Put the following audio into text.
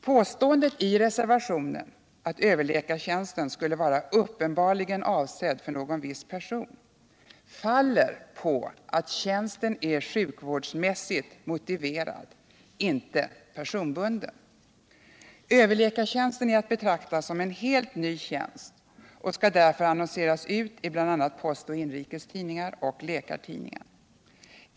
Påståendet i reservationen att överläkartjänsten skulle vara avsedd för någon viss person faller på att tjänsten är sjukvårdsmässigt motiverad, inte personbunden. Överläkartjänsten är att betrakta som en helt ny tjänst och skall därför annonseras ut i bl.a. Postoch Inrikes Tidningar och Läkartidningen.